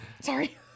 Sorry